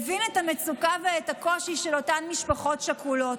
הבין את המצוקה ואת הקושי של אותן משפחות שכולות,